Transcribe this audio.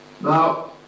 Now